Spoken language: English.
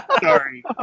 Sorry